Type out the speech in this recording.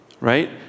right